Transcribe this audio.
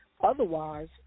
otherwise